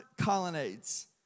colonnades